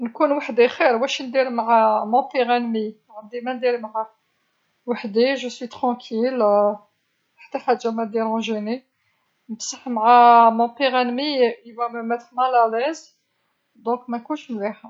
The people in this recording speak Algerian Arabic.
نكون وحدي خير، واش ندير مع أسوء عدو لي، ماعندي ماندير معاه، وحدي، أنا هادئة، حتى حاجه ماديرونجيني، بصح مع أسوء عدو لي سيجعلني غير مرتاحة، إذن مانكونش مليحه.